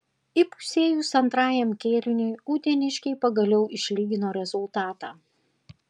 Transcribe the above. įpusėjus antrajam kėliniui uteniškiai pagaliau išlygino rezultatą